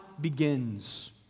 begins